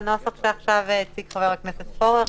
עצרתם בנוסח שהציג עכשיו חבר הכנסת פורר.